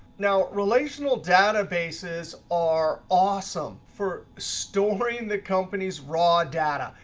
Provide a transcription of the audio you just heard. now, relational databases are awesome for storing the company's raw data.